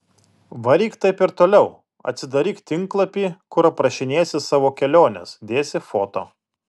varyk taip ir toliau atsidaryk tinklapį kur aprašinėsi savo keliones dėsi foto